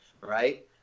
right